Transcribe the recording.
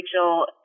Rachel